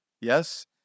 Yes